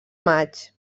maig